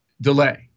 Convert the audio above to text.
delay